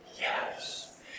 Yes